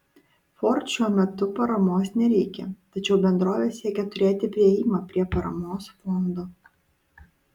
ford šiuo metu paramos nereikia tačiau bendrovė siekia turėti priėjimą prie paramos fondo